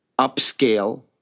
upscale